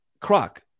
Croc